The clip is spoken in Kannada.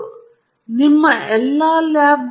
ಆದ್ದರಿಂದ ಉದಾಹರಣೆಗೆ ಇದು ಥರ್ಮೋಕೂಲ್ ಆಗಿದೆ